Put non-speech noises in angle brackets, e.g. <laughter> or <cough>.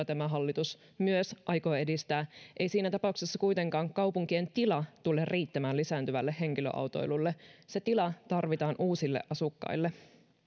<unintelligible> tämä hallitus myös aikoo edistää ei siinä tapauksessa kuitenkaan kaupunkien tila tule riittämään lisääntyvälle henkilöautoilulle se tila tarvitaan uusille asukkaille